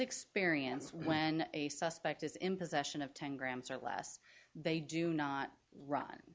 experience when a suspect is in possession of ten grams or less they do not run